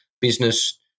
business